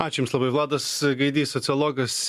ačiū jums labai vladas gaidys sociologas